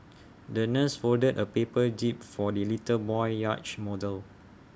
the nurse folded A paper jib for the little boy's yacht model